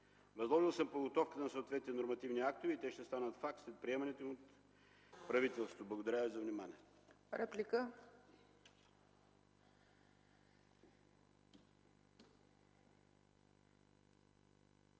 Възложил съм подготовката на съответните нормативни актове и те ще станат факт след приемането им от правителството. Благодаря Ви за вниманието.